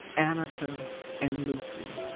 anarcha and lucy,